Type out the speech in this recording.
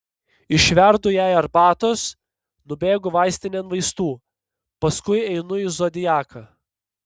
išverdu jai arbatos nubėgu vaistinėn vaistų paskui einu į zodiaką